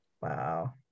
Wow